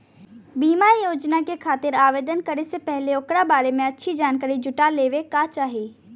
बीमा योजना के खातिर आवेदन करे से पहिले ओकरा बारें में अच्छी जानकारी जुटा लेवे क चाही